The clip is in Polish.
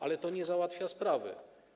Ale to nie załatwia sprawy.